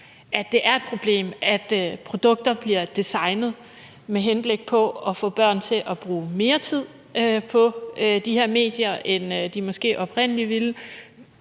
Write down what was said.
at det er et problem, at produkter bliver designet med henblik på at få børn til at bruge mere tid på de her medier, end de måske oprindelig ville,